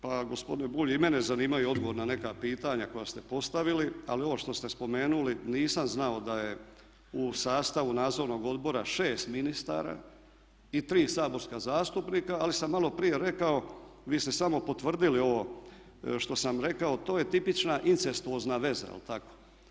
Pa gospodine Bulj i mene zanimaju odgovori na neka pitanja koja ste postavili, ali ovo što ste spomenuli nisam znao da je u sastavu nadzornog odbora šeste ministara i tri saborska zastupnika, ali sam maloprije rekao vi ste samo potvrdili ovo što sam rekao, to je tipična incestuozna veza jel tako?